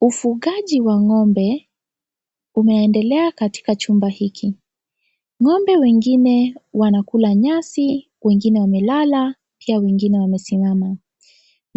Ufugaji ng'ombe unaendelea katika chumba hiki, ng'ombe wengine wanakula nyasi wengine wamelala pia wengine wamesimama